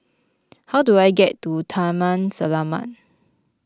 how do I get to Taman Selamat